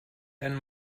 ein